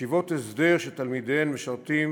ישיבות הסדר שתלמידיהן משרתים